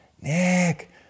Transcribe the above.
Nick